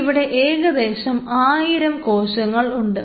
ഇവിടെ ഏകദേശം 1000 കോശങ്ങൾ ഉണ്ട്